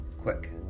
quick